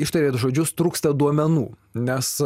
ištarėt žodžius trūksta duomenų nes